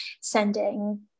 sending